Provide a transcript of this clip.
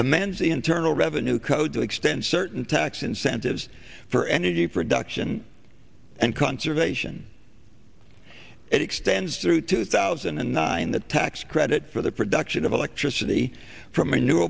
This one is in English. a man's internal revenue code to extend certain tax incentives for energy production and conservation it extends through two thousand and nine the tax credit for the production of electricity from